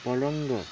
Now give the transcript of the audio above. पलंग